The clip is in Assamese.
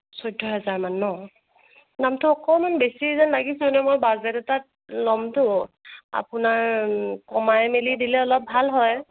চৈধ্য হেজাৰ মান ন দামটো অকমান বেছি যেন লাগিছে মানে মই বাজেট এটাত ল'মতো আপোনাৰ কমাই মেলি দিলে অলপ ভাল হয়